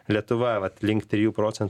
lietuva vat link triejų procentų